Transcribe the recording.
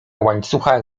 łańcucha